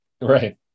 Right